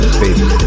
baby